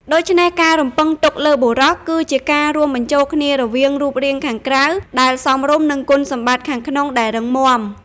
ដូច្នេះ ការរំពឹងទុកលើបុរស គឺជាការរួមបញ្ចូលគ្នារវាងរូបរាងខាងក្រៅដែលសមរម្យ និងគុណសម្បត្តិខាងក្នុងដែលរឹងមាំ។